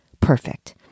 perfect